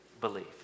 believe